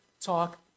talk